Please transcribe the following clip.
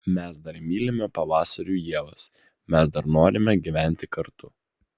mes dar mylime pavasarių ievas mes dar norime gyventi kartu